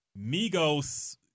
Migos